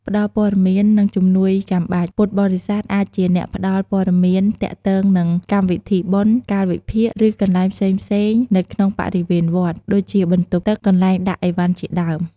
បើសិនជាភ្ញៀវមានតម្រូវការជំនួយផ្សេងៗ ពួកគាត់ក៏អាចជួយសម្របសម្រួលបានដែរ។